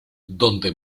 donde